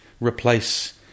replace